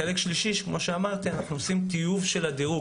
החלק השלישי אנחנו עושים טיוב של הדירוג.